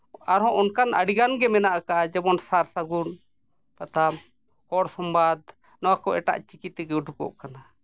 ᱟᱨᱦᱚᱸ ᱚᱱᱠᱟᱱ ᱟᱹᱰᱤᱜᱟᱱ ᱜᱮ ᱢᱮᱱᱟᱜ ᱠᱟᱜᱼᱟ ᱡᱮᱢᱚᱱ ᱥᱟᱨ ᱥᱟᱹᱜᱩᱱ ᱦᱚᱲ ᱥᱚᱢᱵᱟᱫᱽ ᱱᱚᱣᱟ ᱠᱚ ᱮᱴᱟᱜ ᱪᱤᱠᱤ ᱛᱮᱜᱮ ᱩᱰᱩᱠᱚᱜ ᱠᱟᱱᱟ